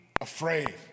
afraid